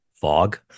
fog